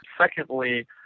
Secondly